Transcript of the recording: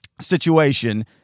situation